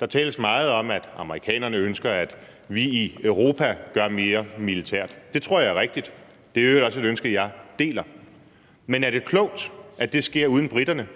Der tales meget om, at amerikanerne ønsker, at vi i Europa gør mere militært, og det tror jeg er rigtigt. Det er i øvrigt også et ønske, jeg deler. Men er det klogt, at det sker uden briterne?